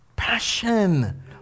Passion